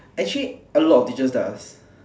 actually a lot of teachers does